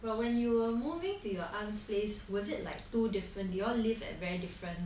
but when you were moving to your aunt's place was it like too different did you all like at very different